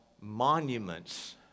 monuments